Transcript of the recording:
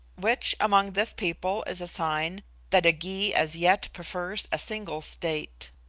which among this people is a sign that a gy as yet prefers a single state.